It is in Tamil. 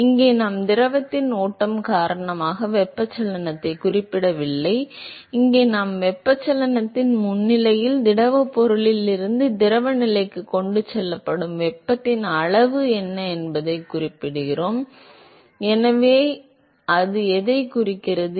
எனவே இங்கே நாம் திரவத்தின் ஓட்டம் காரணமாக வெப்பச்சலனத்தைக் குறிப்பிடவில்லை இங்கே நாம் வெப்பச்சலனத்தின் முன்னிலையில் திடப்பொருளிலிருந்து திரவ நிலைக்கு கொண்டு செல்லப்படும் வெப்பத்தின் அளவு என்ன என்பதைக் குறிப்பிடுகிறோம் எனவே அது எதைக் குறிக்கிறது